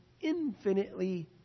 infinitely